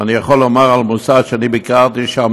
ואני יכול לומר על מוסד שביקרתי בו,